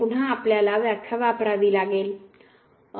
तर पुन्हा आपल्याला व्याख्या वापरावी लागेल